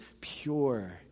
pure